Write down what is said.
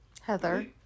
Heather